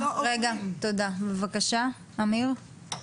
בבקשה אמיר.